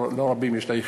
הלא-רבים שיש לה,